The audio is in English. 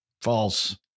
False